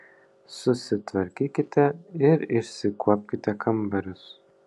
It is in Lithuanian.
susitvarkykite ir išsikuopkite kambarius